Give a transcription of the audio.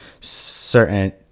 certain